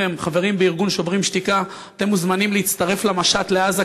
בארגון "שוברים שתיקה": אתם מוזמנים להצטרף למשט לעזה.